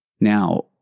Now